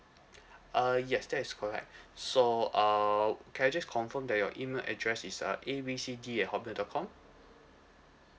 uh yes that is correct so uh can I just confirm that your email address is uh A B C D at Hotmail dot com